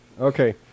Okay